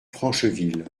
francheville